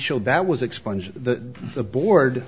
showed that was expunged to the board